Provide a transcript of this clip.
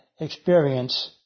experience